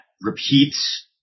repeats